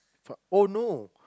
fuck oh no